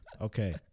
Okay